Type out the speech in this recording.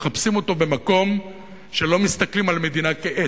מחפשים אותו במקום שלא מסתכלים על מדינה כעסק.